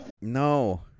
No